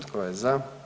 Tko je za?